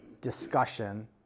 discussion